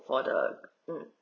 for the mm